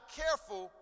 careful